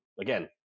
again